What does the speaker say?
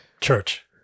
Church